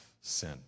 sin